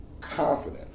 confident